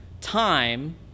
time